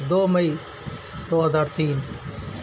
دو مئی دو ہزار تین